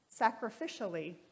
sacrificially